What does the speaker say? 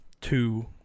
two